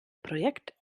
projekt